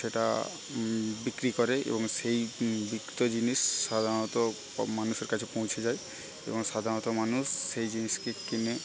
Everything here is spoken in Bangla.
সেটা বিক্রি করে এবং সেই বিক্রিত জিনিস সাধারণত সব মানুষের কাছে পৌঁছে যায় এবং সাধারণত মানুষ সেই জিনিসকে কেনে